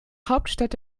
hauptstadt